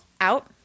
out